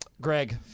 Greg